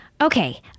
Okay